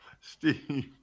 Steve